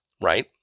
Right